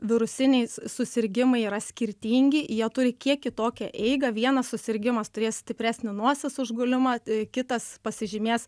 virusiniai susirgimai yra skirtingi jie turi kiek kitokią eigą vienas susirgimas turės stipresnį nosies užgulimą kitas pasižymės